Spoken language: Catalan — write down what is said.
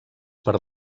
per